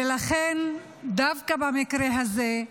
ולכן, דווקא במקרה הזה,